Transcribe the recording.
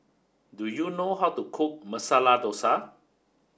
do you know how to cook Masala Dosa